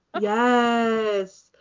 Yes